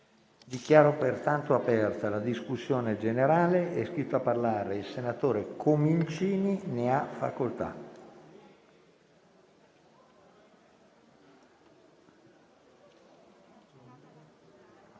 Dichiaro aperta la discussione generale. È iscritto a parlare il senatore Comincini. Ne ha facoltà.